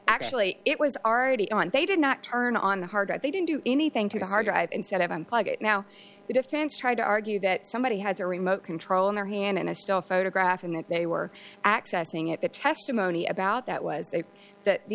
actually it was already on they did not turn on the hard right they didn't do anything to the hard drive instead of unplug it now the defense tried to argue that somebody has a remote control in their hand in a still photograph and that they were accessing it the testimony about that was they th